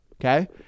okay